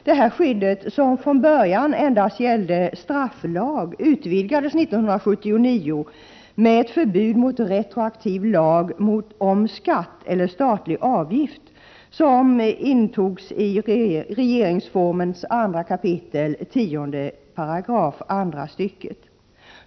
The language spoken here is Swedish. Detta skydd, som från början endast gällde strafflag, utvidgades 1979 med ett förbud mot retroaktiv lag om skatt eller statlig avgift, och detta intogs i regeringsformen, 2 kap. 10 § andra stycket.